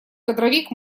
кадровик